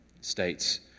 states